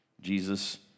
Jesus